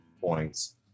points